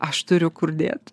aš turiu kur dėt